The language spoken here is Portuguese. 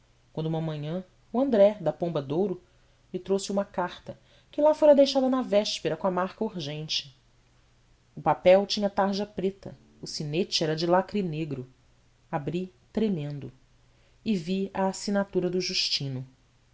quando uma manhã o andré da pomba de ouro me trouxe uma carta que lá fora deixada na véspera com a marca urgente o papel linha tarja preta o sinete era de lacre negro abri tremendo e vi a assinatura do justino